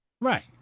Right